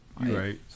right